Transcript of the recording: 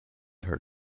her